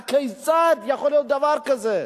הכיצד יכול להיות דבר כזה?